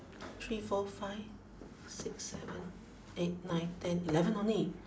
three four five six seven eight nine ten eleven only